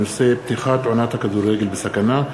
חבר הכנסת דוד צור בנושא: פתיחת עונת הכדורגל בסכנה.